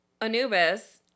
anubis